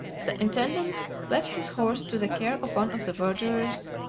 the intendant left his horse to the care of one of the verderers,